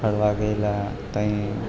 ફરવા ગયેલા ત્યાં